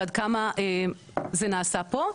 ועד כמה זה נעשה פה.